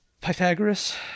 Pythagoras